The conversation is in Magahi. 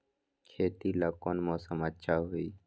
खेती ला कौन मौसम अच्छा होई?